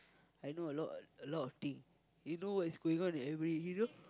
I know a lot a lot of thing he know what is going on in every he know